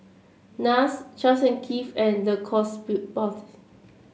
NARS Charles Keith and Sportif